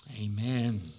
amen